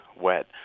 wet